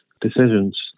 decisions